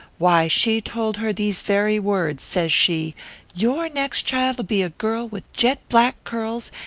why, she told her these very words says she your next child'll be a girl with jet-black curls,